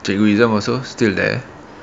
cikgu iza also still there